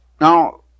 Now